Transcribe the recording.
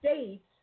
States